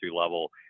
level